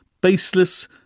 baseless